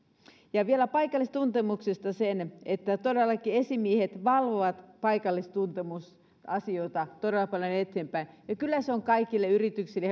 vielä paikallistuntemuksesta se että todellakin esimiehet valvovat paikallistuntemusasioita todella paljon eteenpäin ja kyllä se on kaikille yrityksille